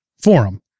forum